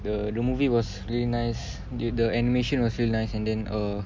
the the movie was really nice the the animation was really nice and then err